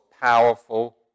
powerful